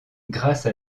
grâce